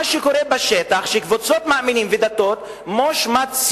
מה שקורה בשטח, שקבוצות מאמינים ודתות מושמצות,